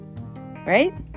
right